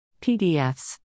PDFs